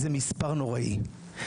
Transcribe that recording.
זה מספר נוראי.